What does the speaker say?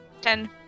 ten